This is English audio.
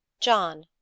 john